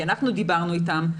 כי אנחנו דיברנו איתם,